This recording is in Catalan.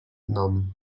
nom